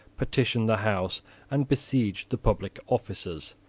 petitioned the house and besieged the public offices.